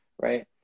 right